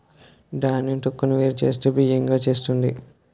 ధాన్యం తొక్కును వేరు చేస్తూ బియ్యం గా చేస్తుంది